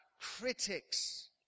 critics